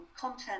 content